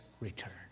return